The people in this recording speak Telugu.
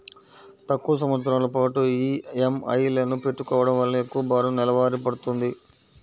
తక్కువ సంవత్సరాల పాటు ఈఎంఐలను పెట్టుకోవడం వలన ఎక్కువ భారం నెలవారీ పడ్తుంది